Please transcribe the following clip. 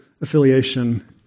affiliation